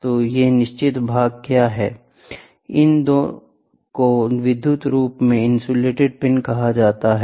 तो ये निश्चित भाग क्या हैं इन को विद्युत रूप से इंसुलेटेड पिन कहा जाता है